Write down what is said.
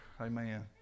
Amen